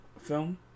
film